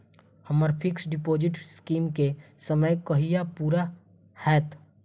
हम्मर fix deposit scheme केँ समय कहिया पूरा हैत?